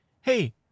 Hey